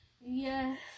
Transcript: Yes